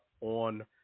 on